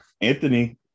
Anthony